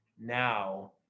now